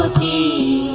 the